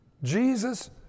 Jesus